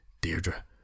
Deirdre